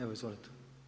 Evo izvolite.